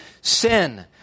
sin